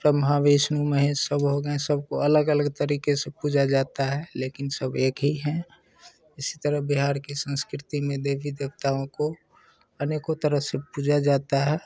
ब्रह्मा विष्णु महेश सब हो गए सब को अलग अलग तरीक़े से पूजा जाता है लेकिन सब एक ही है इसी तरह बिहार की संस्कृति में देवी देवताओं को अनेकों तरह से पूजा जाता है